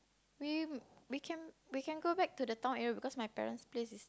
we we can we can go back to the town area because my parent's place is